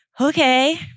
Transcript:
okay